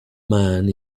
man